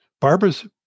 Barbara's